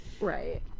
Right